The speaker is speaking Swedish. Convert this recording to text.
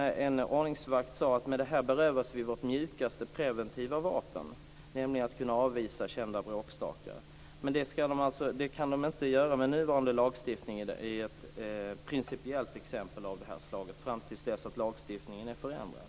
En ordningsvakt sade att de med detta berövas sitt mjukaste preventiva vapen, nämligen att kunna avvisa kända bråkstakar. Men det kan de alltså inte göra med nuvarande lagstiftning i ett principiellt exempel av det här slaget fram till dess att lagstiftningen är ändrad.